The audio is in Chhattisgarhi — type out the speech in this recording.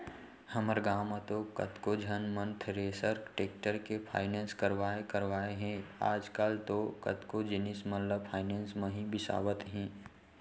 हमर गॉंव म तो कतको झन मन थेरेसर, टेक्टर के फायनेंस करवाय करवाय हे आजकल तो कतको जिनिस मन ल फायनेंस म ही बिसावत हें